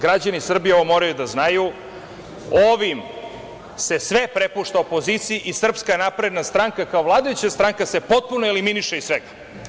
Građani Srbije, ovo moraju da znaju, ovim se sve prepušta opoziciji i SNS, kao vladajuća stranka se potpuno eliminiše iz svega.